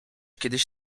kiedyś